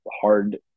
hard